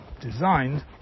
designed